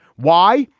why?